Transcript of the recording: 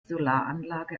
solaranlage